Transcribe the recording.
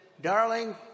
darling